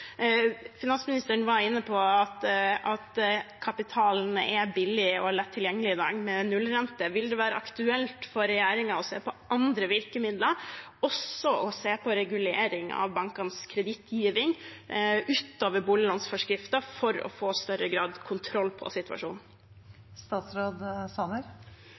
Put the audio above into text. Finansministeren var inne på at kapitalen er billig og lett tilgjengelig i dag – det er nullrente. Vil det være aktuelt for regjeringen å se på andre virkemidler utover boliglånsforskriften, også regulering av bankenes kredittgivning, for i større grad å få kontroll på